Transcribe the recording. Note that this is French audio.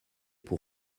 pour